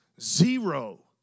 zero